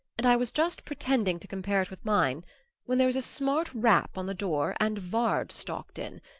and i was just pretending to compare it with mine when there was a smart rap on the door and vard stalked in.